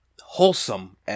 wholesome